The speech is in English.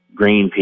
Greenpeace